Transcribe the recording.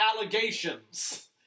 allegations